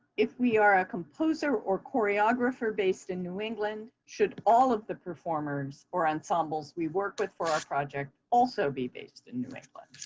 if we are a composer or choreographer based in new england, should all of the performers or ensembles we work with for our project also be based in new england?